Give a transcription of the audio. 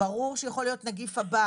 ברור שיכול להיות נגיף הבא.